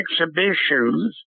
exhibitions